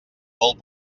molt